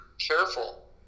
careful